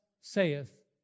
saith